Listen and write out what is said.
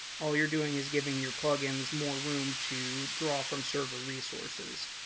all you're doing is giving your plugins more room to draw from server resources.